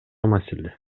маселе